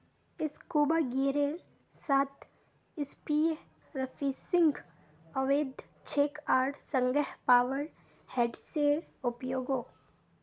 scuba गियरेर साथ spearfishing अवैध छेक आर संगह पावर हेड्सेर उपयोगो